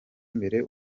imbere